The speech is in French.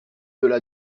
delà